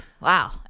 Wow